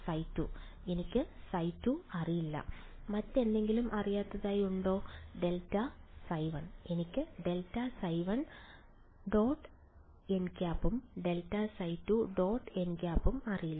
വിദ്യാർത്ഥി ϕ2 ϕ1 അറിയില്ല മറ്റെന്തെങ്കിലും അറിയാത്തതായി ഉണ്ടോ വിദ്യാർത്ഥി∇ϕ1 എനിക്ക് ∇ϕ1 · nˆ ഉം ∇ϕ2 · nˆ ഉം അറിയില്ല